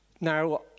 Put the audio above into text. now